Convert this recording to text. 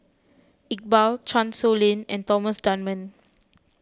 Iqbal Chan Sow Lin and Thomas Dunman